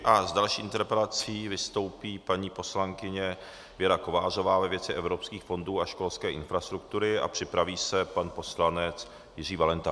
A s další interpelací vystoupí paní poslankyně Věra Kovářová ve věci evropských fondů a školské infrastruktury a připraví se pan poslanec Jiří Valenta.